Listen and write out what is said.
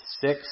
six